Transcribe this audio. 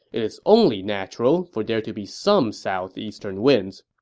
it is only natural for there to be some southeastern winds.